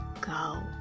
go